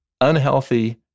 unhealthy